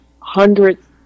hundreds